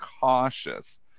cautious